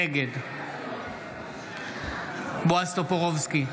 נגד בועז טופורובסקי,